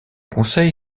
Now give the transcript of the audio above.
conseil